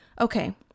okay